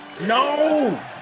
No